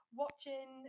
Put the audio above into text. watching